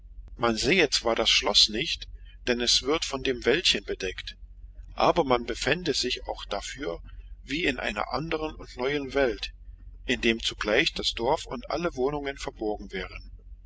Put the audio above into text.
man sähe zwar das schloß nicht denn es wird von dem wäldchen bedeckt aber man befände sich auch dafür wie in einer andern und neuen welt indem zugleich das dorf und alle wohnungen verborgen wären